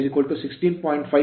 ಆದ್ದರಿಂದ ನಾವು Pm 16